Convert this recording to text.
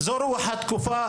זה רוח התקופה,